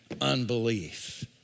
unbelief